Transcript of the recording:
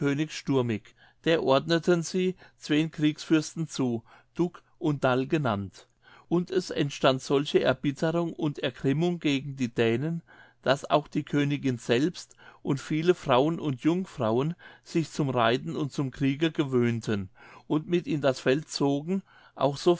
der ordneten sie zween kriegsfürsten zu duck und dall genannt und es entstand solche erbitterung und ergrimmung gegen die dänen daß auch die königin selbst und viele frauen und jungfrauen sich zum reiten und zum kriege gewöhnten und mit in das feld zogen auch